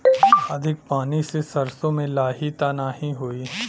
अधिक पानी से सरसो मे लाही त नाही होई?